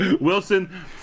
Wilson